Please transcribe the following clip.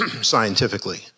scientifically